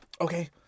okay